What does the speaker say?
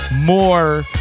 more